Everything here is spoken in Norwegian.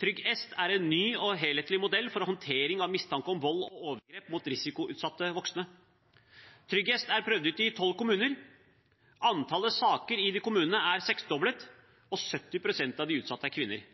TryggEst er en ny og helhetlig modell for håndtering av mistanke om vold og overgrep mot risikoutsatte voksne. TryggEst er prøvd ut i tolv kommuner. Antallet saker i disse kommunene er seksdoblet, og 70 pst. av de utsatte er kvinner.